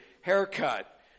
haircut